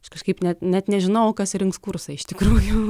aš kažkaip net net nežinau kas rinks kursą iš tikrųjų